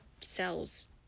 cells